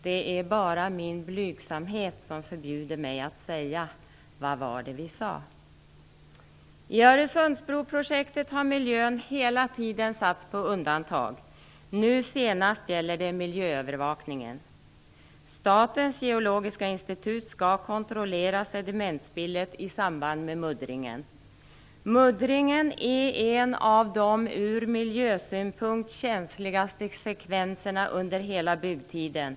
Det är bara min blygsamhet som förbjuder mig att säga: Vad var det vi sade! I Öresundsbroprojektet har miljön hela tiden satts på undantag. Senast gällde det miljöövervakningen. Statens geologiska institut skall kontrollera sedimentspillet i samband med muddringen. Muddringen är en av de från miljösynpunkt känsligaste sekvenserna under hela byggtiden.